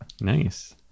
nice